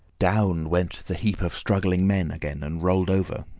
down went the heap of struggling men again and rolled over.